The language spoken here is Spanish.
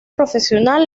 profesional